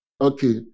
okay